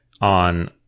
on